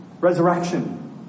resurrection